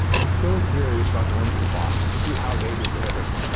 i'm so curious about the one that we bought, to see how they did theirs.